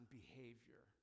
behavior